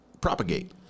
propagate